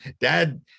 dad